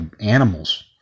animals